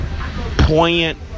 poignant